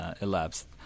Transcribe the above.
elapsed